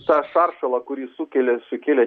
tą šaršalą kurį sukelia sukėlė